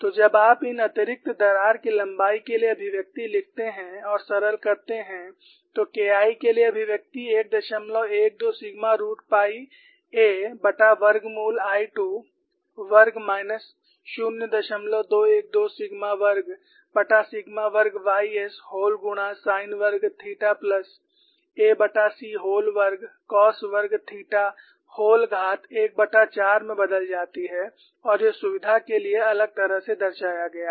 तो जब आप इन अतिरिक्त दरार की लंबाई के लिए अभिव्यक्ति लिखते हैं और सरल करते हैं तो KI के लिए अभिव्यक्ति 112 सिग्मा रूट पाई aवर्गमूल l 2 वर्ग माइनस 0212 सिग्मा वर्गसिग्मा वर्ग ys व्होल गुणा साइन वर्ग थीटा प्लस ac व्होल वर्ग कोस वर्ग थीटा व्होल घात 14 में बदल जाती है और यह सुविधा के लिए अलग तरह से दर्शाया गया है